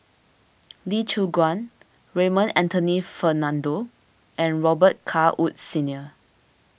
Lee Choon Guan Raymond Anthony Fernando and Robet Carr Woods Senior